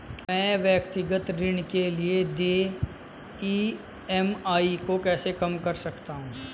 मैं व्यक्तिगत ऋण के लिए देय ई.एम.आई को कैसे कम कर सकता हूँ?